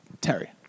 Terry